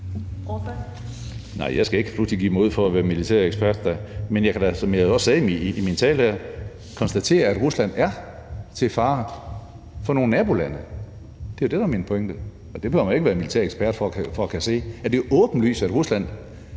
pludselig give mig ud for at være militærekspert. Men som jeg også sagde i min tale, kan jeg da konstatere, at Rusland er til fare for nogle nabolande; det er jo det, der er min pointe. Og det behøver man ikke være militærekspert for at kunne se, altså at det er åbenlyst, at Rusland